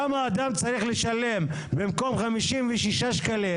למה אדם צריך לשלם 56 שקלים